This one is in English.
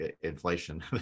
inflation